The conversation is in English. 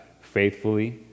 faithfully